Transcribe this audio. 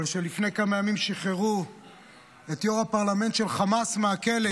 אבל כשלפני כמה ימים שחררו את יו"ר הפרלמנט של חמאס מהכלא,